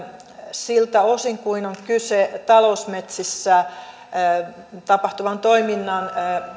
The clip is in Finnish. siltä osin kuin on kyse talousmetsissä tapahtuvan toiminnan